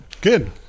Good